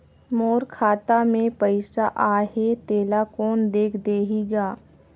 मोर खाता मे पइसा आहाय तेला कोन देख देही गा?